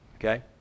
Okay